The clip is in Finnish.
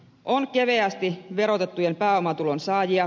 on keveästi verotettujen pääomatulon saajia